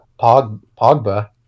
Pogba